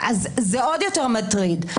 זה עוד יותר מטריד.